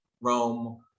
Rome